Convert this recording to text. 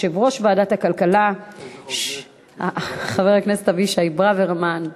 יושב-ראש ועדת הכלכלה חבר הכנסת אבישי ברוורמן.